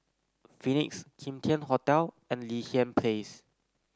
Phoenix Kim Tian Hotel and Li Hwan Place